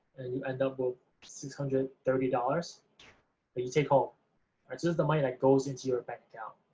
and you end up with six hundred thirty dollars that you take home. it's it's the money that goes into your bank account.